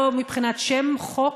לא מבחינת שם חוק,